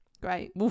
Great